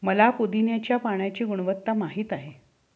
मला पुदीन्याच्या पाण्याची गुणवत्ता माहित आहे